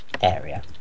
area